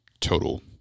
total